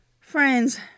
Friends